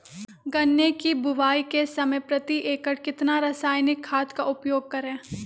गन्ने की बुवाई के समय प्रति एकड़ कितना रासायनिक खाद का उपयोग करें?